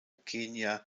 kenya